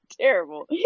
terrible